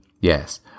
Yes